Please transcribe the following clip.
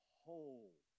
whole